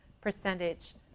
percentage